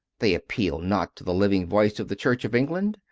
they appeal not to the living voice of the church of england,